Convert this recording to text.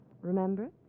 remember